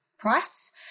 price